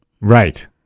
right